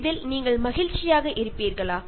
இதில் நீங்கள் மகிழ்ச்சியாக இருப்பீர்களா